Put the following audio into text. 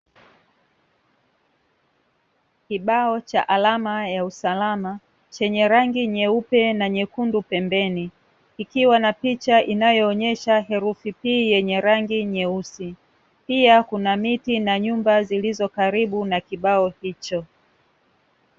Kibao cha alama ya usalama chenye rangi nyeupe na nyekundu pembeni, kikiwa na picha inayoonyesha herufi "P" yenye rangi nyeusi, pia kuna miti na nyumba zilizo karibu na kibao hicho.